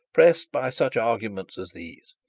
pressed by such arguments as these,